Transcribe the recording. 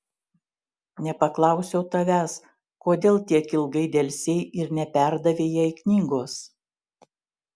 nepaklausiau tavęs kodėl tiek ilgai delsei ir neperdavei jai knygos